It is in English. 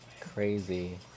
crazy